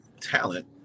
talent